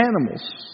animals